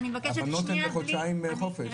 הבנות הן בחודשיים חופש, אנחנו סובלים מאותו דבר.